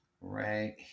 right